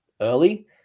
early